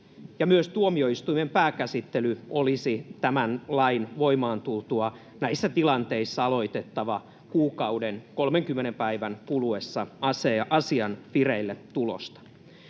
Myös tuomioistuimen pääkäsittely olisi tämän lain tultua voimaan aloitettava näissä tilanteissa 30 päivän kuluessa asian vireilletulosta.